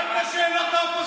שאלת שאלות את האופוזיציה,